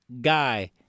guy